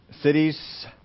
Cities